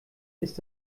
ist